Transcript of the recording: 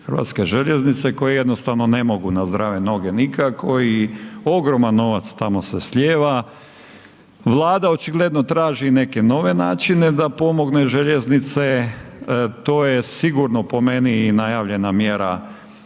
Hrvatske željeznice koje jednostavno ne mogu na zdrave noge nikako i ogroman novac tamo se slijeva, Vlada očigledno traži neke nove načine da pomogne željeznice, to je sigurno po meni i najavljena mjera da se